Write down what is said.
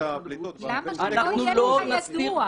למה שזה לא יהיה ידוע?